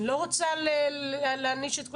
אני לא רוצה להעניש את כולם.